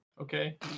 Okay